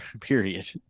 period